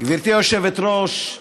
גברתי היושבת-ראש,